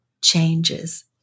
changes